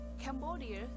Cambodia